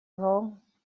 wrong